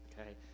Okay